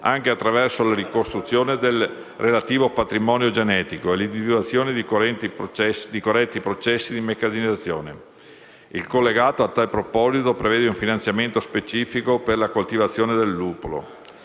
anche attraverso la ricostituzione del relativo patrimonio genetico e l'individuazione di corretti processi di meccanizzazione. Il collegato, a tal proposito, prevede un finanziamento specifico per la coltivazione del luppolo.